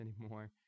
anymore